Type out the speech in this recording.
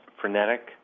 frenetic